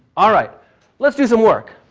alright let's do some work,